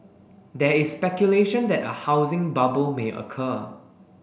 there is speculation that a housing bubble may occur